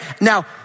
Now